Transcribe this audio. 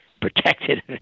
protected